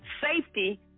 safety